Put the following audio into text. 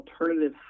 alternative